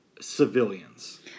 civilians